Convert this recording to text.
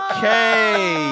Okay